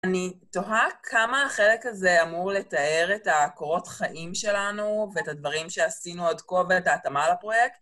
אני תוהה כמה החלק הזה אמור לתאר את הקורות חיים שלנו ואת הדברים שעשינו עד כה ואת ההתאמה לפרויקט.